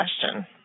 question